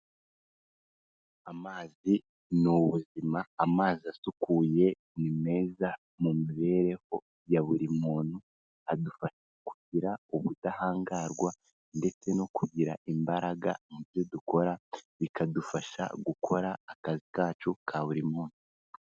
Amazi ni ubuzima amazi asukuye ni meza mu mibereho ya buri muntu, adufasha kugira ubudahangarwa ndetse no kugira imbaraga mu byo dukora, bikadufasha gukora akazi kacu ka buri munsi.